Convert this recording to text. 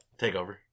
TakeOver